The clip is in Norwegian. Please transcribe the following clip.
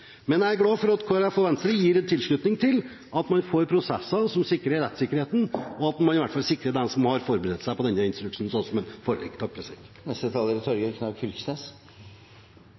Men jeg er glad for at Kristelig Folkeparti og Venstre gir en tilslutning til at man får prosesser som sikrer rettssikkerheten, og at man i hvert fall sikrer dem som har forberedt seg på denne instruksen sånn som